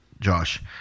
Josh